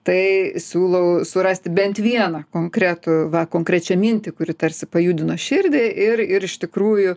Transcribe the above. tai siūlau surasti bent vieną konkretų va konkrečią mintį kuri tarsi pajudino širdį ir ir iš tikrųjų